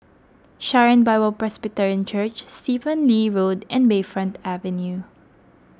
Sharon Bible Presbyterian Church Stephen Lee Road and Bayfront Avenue